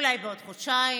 אולי בעוד חודשיים,